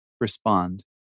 respond